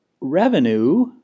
revenue